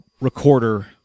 recorder